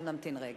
אנחנו נמתין רגע.